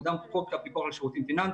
כולם מכוח חוק הפיקוח על שירותים פיננסים.